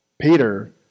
Peter